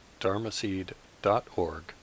dharmaseed.org